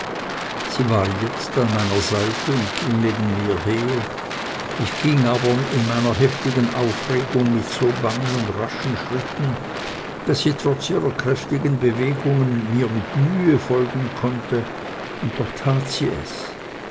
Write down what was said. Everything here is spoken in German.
sie war jetzt an meiner seite und ging neben mir her ich ging aber in meiner heftigen aufregung mit so langen und raschen schritten daß sie trotz ihrer kräftigen bewegungen nur mit mühe folgen konnte und doch tat sie es